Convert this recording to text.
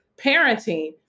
parenting